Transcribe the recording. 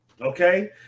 Okay